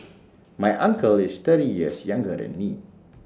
my uncle is thirty years younger than me